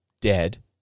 dead